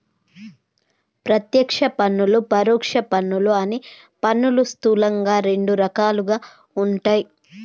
ప్రత్యక్ష పన్నులు, పరోక్ష పన్నులు అని పన్నులు స్థూలంగా రెండు రకాలుగా ఉంటయ్